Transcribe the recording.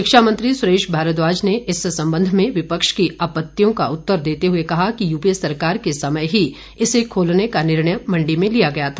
शिक्षा मंत्री सुरेश भारद्वाज ने इस संबंध में विपक्ष की आपतियों का उत्तर देते हुए कहा कि युपीए सरकार के समय ही इसे खोलने का निर्णय मण्डी में लिया गया था